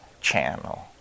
channel